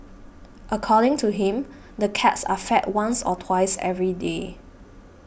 according to him the cats are fed once or twice every day